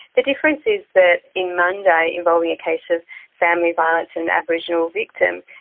the difference is that in munda, involving a case of family violence and aboriginal victim,